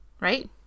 Right